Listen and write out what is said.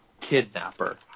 kidnapper